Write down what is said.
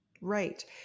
right